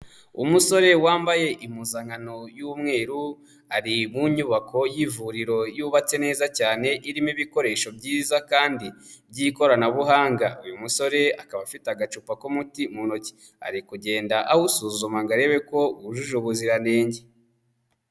Umusore wambaye impuzankano y'umweru ari mu nyubako y'ivuriro yubatse neza cyane irimo ibikoresho byiza kandi by'ikoranabuhanga. Uyu musore akaba afite agacupa k'umuti mu ntoki ari kugenda awusuzuma ngo arebe ko wujuje ubuziranenge.